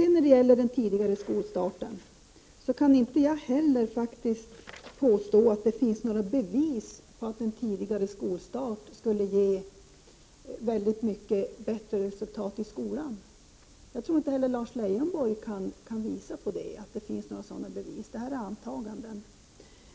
Inte heller jag kan faktiskt påstå att det finns några bevis för att en tidigare skolstart skulle ge mycket bättre resultat i skolan. Det tror jag inte Lars Leijonborg heller kan bevisa — det här är antaganden.